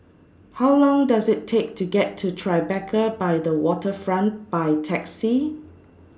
How Long Does IT Take to get to Tribeca By The Waterfront By Taxi